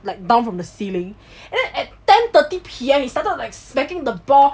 like down from the ceiling at ten thirty P_M he started like smacking the ball